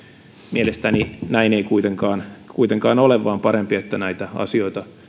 mielestäni näin ei kuitenkaan kuitenkaan ole vaan on parempi että näitä asioita